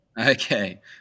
Okay